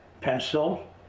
pencil